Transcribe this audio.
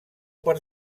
per